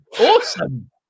awesome